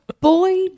boy